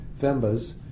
fembas